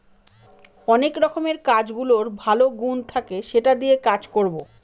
অনেক রকমের কাগজের ভালো গুন থাকে সেটা দিয়ে কাজ করবো